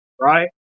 right